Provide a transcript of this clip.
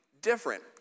different